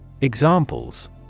Examples